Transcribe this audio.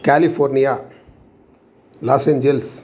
California Los Angeles